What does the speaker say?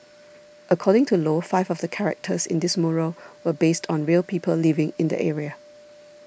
according to Low five of the characters in this mural were based on real people living in the area